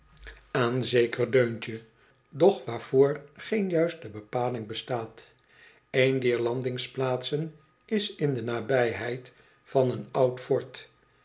aan zeker deuntje doch waarvoor geen juiste bepaling bestaat een dier landingsplaatsen is in de nabijheid van een oud fort